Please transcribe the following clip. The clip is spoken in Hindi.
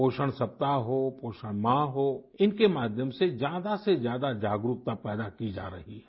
पोषण सप्ताह हो पोषण माह हो इनके माध्यम से ज्यादा से ज्यादा जागरूकता पैदा की जा रही है